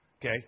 okay